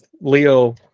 Leo